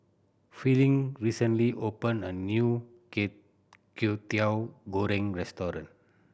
Fielding recently opened a new Kwetiau Goreng restaurant